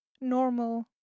normal